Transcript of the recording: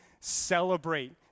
celebrate